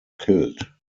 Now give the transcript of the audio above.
killed